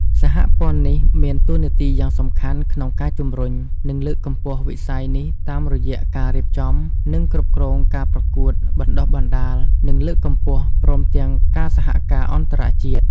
សហព័ន្ធនេះមានតួនាទីយ៉ាងសំខាន់ក្នុងការជំរុញ និងលើកកម្ពស់វិស័យនេះតាមរយៈ ការរៀបចំ និងគ្រប់គ្រងការប្រកួត បណ្តុះបណ្តាល និងលើកកម្ពស់ ព្រមទាំងការសហការអន្តរជាតិ។